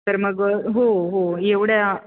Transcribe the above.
तर मग हो हो एवढ्या